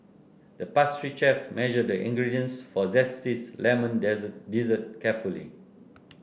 the pastry chef measured the ingredients for zesty lemon dessert carefully